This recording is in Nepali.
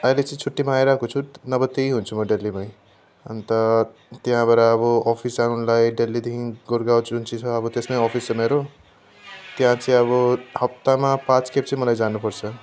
अहिले चाहिँ छुट्टीमा आइरहेको छु नभए त्यहीँ हुन्छु म दिल्लीमै अन्त त्यहाँबाट अब अफिस जानुलाई दिल्लीदेखि गुँडगाउँ जुन चाहिँ छ अब त्यसमै अफिस छ मेरो त्यहाँ चाहिँ अब हप्तामा पाँच खेप चाहिँ मलाई जानु पर्छ